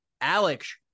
alex